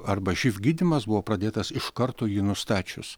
arba živ gydymas buvo pradėtas iš karto jį nustačius